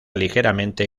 ligeramente